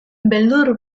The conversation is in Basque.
beldur